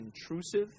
intrusive